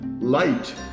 Light